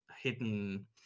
hidden